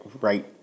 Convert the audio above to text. right